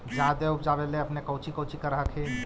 जादे उपजाबे ले अपने कौची कौची कर हखिन?